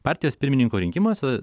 partijos pirmininko rinkimuose